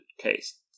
case